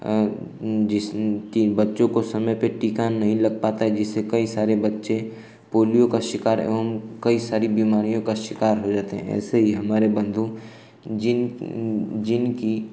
जिसके बच्चों को समय पर टीका नहीं लग पाता है जिससे कई सारे बच्चे पोलियो का शिकार एवं कई सारी बीमारियों का शिकार हो जाते हैं ऐसे ही हमारे बन्धु जिन जिनकी